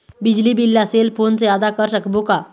बिजली बिल ला cell phone से आदा कर सकबो का?